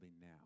now